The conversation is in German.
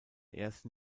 ersten